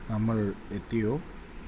നമ്മളെത്തിയോ